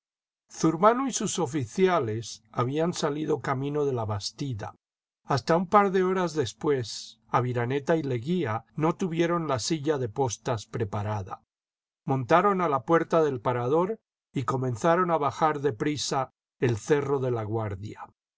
urbano y sus oficiales habían salido camino de la bastida hasta un par de horas después aviraneta y leguía no tuvieron la silla de postas preparada montaron a la puerta del parador y comenzaron a bajar de prisa el cerro de laguardia